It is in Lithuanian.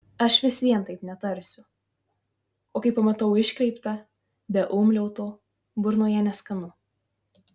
aš vis vien taip netarsiu o kai pamatau iškreiptą be umliauto burnoje neskanu